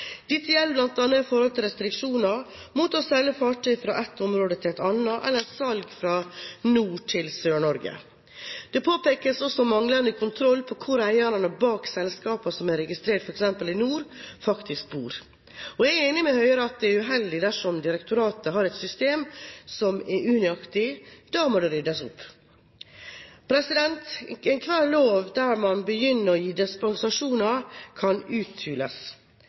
område til et annet, eller salg fra Nord-Norge til Sør-Norge. Det påpekes også manglende kontroll på hvor eierne bak selskapene som er registrert f.eks. i nord, faktisk bor. Jeg er enig med Høyre i at det er uheldig dersom direktoratet har et system som er unøyaktig. Da må det ryddes opp. Enhver lov som man begynner å gi dispensasjoner fra, kan uthules.